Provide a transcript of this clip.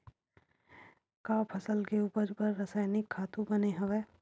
का फसल के उपज बर रासायनिक खातु बने हवय?